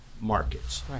markets